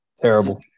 Terrible